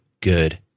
good